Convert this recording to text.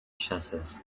shutters